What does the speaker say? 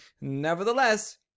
nevertheless